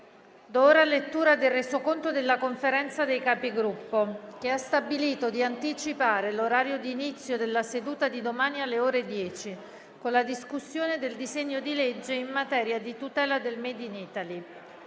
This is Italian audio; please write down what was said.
una nuova finestra"). La Conferenza dei Capigruppo ha stabilito di anticipare l'orario di inizio della seduta di domani alle ore 10, con la discussione del disegno di legge in materia di tutela del *made in Italy*.